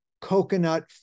coconut